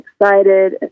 excited